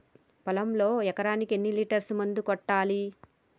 పొలంలో ఎకరాకి ఎన్ని లీటర్స్ మందు కొట్టాలి?